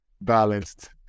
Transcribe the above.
balanced